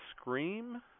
Scream